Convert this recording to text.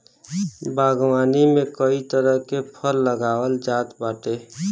बागवानी में कई तरह के फल लगावल जात बाटे